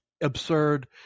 absurd